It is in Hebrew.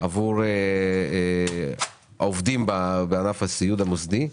עבור העובדים בענף הסיעוד המוסדי.